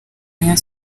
rayon